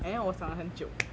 and then 我想了很久